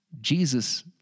Jesus